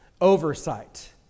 oversight